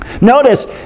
Notice